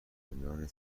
میان